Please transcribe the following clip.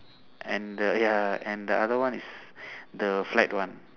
and the ya and the other one is the flat one